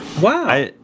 Wow